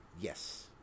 Yes